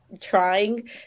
trying